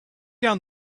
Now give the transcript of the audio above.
down